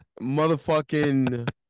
Motherfucking